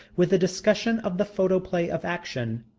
with a discussion of the photoplay of action.